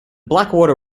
blackwater